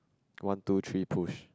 one two three push